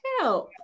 help